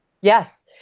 Yes